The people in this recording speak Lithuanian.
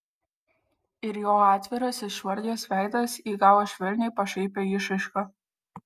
ir jo atviras išvargęs veidas įgavo švelniai pašaipią išraišką